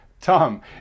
Tom